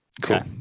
cool